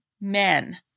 men